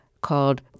called